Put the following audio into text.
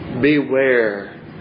Beware